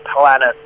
Planet